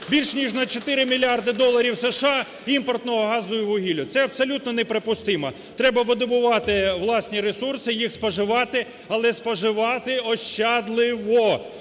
більше ніж на 4 мільярди доларів США імпортного газу і вугілля – це абсолютно неприпустимо. Треба видобувати власні ресурси, їх споживати, але споживати ощадливо.